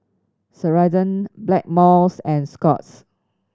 Ceradan Blackmores and Scott's